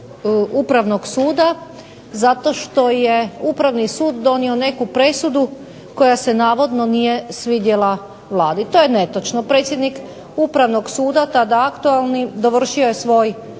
Upravni sud donio neku presudu koja se navodno nije svidjela Vladi. To je netočno. Predsjednik Upravnog suda tada aktualni dovršio je svoj